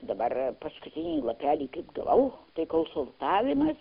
dabar paskutinį lapelį kaip gavau tai konsultavimas